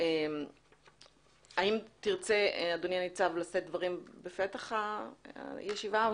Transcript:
האם תרצה אדוני הניצב לשאת דברים בפתח הישיבה?